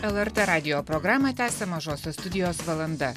lrt radijo programą tęsia mažosios studijos valanda